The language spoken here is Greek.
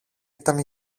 ήταν